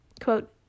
quote